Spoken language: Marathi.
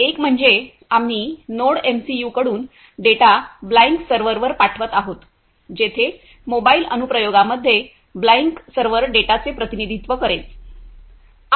एक म्हणजे आम्ही नोडएमसीयूकडून डेटा ब्लाइंक सर्व्हरवर पाठवित आहोत जेथे मोबाइल अनुप्रयोगामध्ये ब्लाइंक सर्व्हर डेटाचे प्रतिनिधित्व करेल